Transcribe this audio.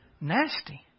Nasty